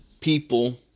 people